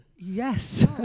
yes